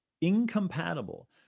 incompatible